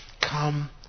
Come